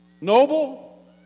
noble